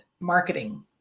marketing